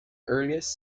earliest